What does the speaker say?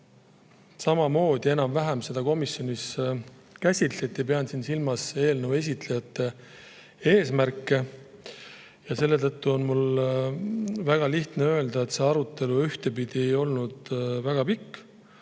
samamoodi seda komisjonis käsitleti. Pean siin silmas eelnõu esitlejate eesmärke. Selle tõttu on mul väga lihtne öelda, et see arutelu ei olnud väga pikk.